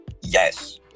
Yes